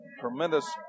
tremendous